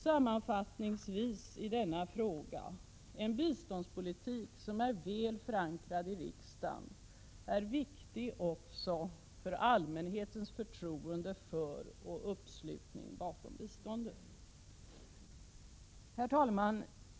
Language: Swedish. Sammanfattningsvis vill jag säga att en biståndspolitik som är väl förankrad i riksdagen är viktig också för allmänhetens förtroende för och uppslutning bakom biståndet. Herr talman!